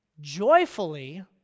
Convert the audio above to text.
joyfully